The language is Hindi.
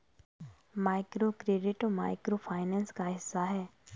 माइक्रोक्रेडिट माइक्रो फाइनेंस का हिस्सा है